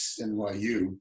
NYU